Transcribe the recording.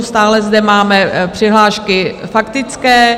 Stále zde máme přihlášky faktické.